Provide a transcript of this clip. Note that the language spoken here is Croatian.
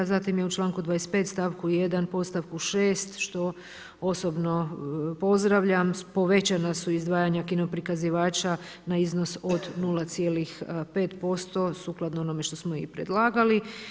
Zatim je u članku 25. stavku 1. podstavku 6. što osobno pozdravlja, povećana su izdvajanja kino prikazivača na iznos od 0,5% sukladno onome što smo i predlagali.